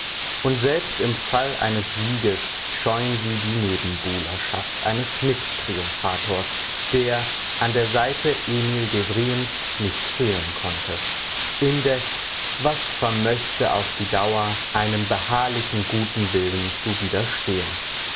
und selbst im fall eines sieges scheuen sie die nebenbuhlerschaft eines mit triumphators der an der seite emil devrients nicht fehlen konnte indes was vermöchte auf die dauer einem beharrlichen guten willen zu widerstehen